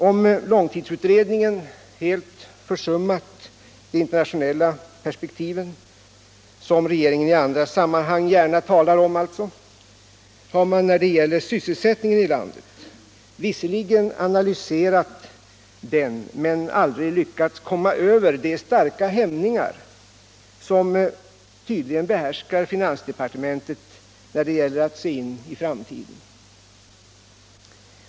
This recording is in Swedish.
Om långtidsutredningen helt försummat de internationella perspektiven, som regeringen i andra sammanhang gärna talar om, har man i fråga om sysselsättningen i landet visserligen analyserat den men aldrig lyckats komma över de starka hämningar som tydligen behärskar finansdepartementet när det gäller att se in i framtiden.